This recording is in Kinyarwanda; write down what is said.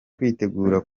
kwitegura